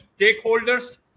stakeholders